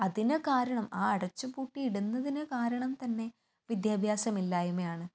അതിന് കാരണം ആ അടച്ച് പൂട്ടി ഇടുന്നതിന് കാരണം തന്നെ വിദ്യാഭ്യാസമില്ലായ്മയാണ്